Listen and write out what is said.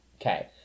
Okay